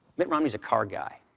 mitt romney's a car guy.